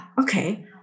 okay